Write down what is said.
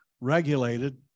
regulated